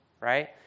right